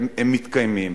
הם מתקיימים.